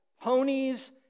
ponies